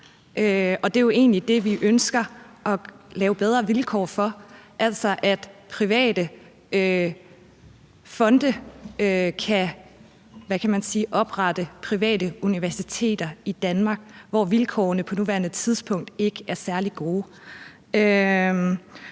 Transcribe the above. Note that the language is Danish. egentlig det, vi ønsker at lave bedre vilkår for, altså at private fonde kan oprette private universiteter i Danmark, hvor vilkårene for det på nuværende tidspunkt ikke er særlig gode.